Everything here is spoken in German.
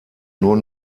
nur